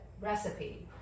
recipe